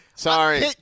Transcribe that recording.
Sorry